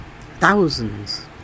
Thousands